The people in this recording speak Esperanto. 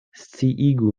sciigu